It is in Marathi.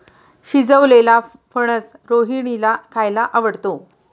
शिजवलेलेला फणस रोहिणीला खायला आवडतो